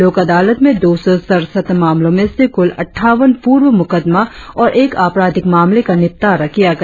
लोक अदालत में दो सौ सरसठ मामलों में से कुल अठावन पूर्व मुकदमा और एक आपराधिक मामले का निपटारा किया गया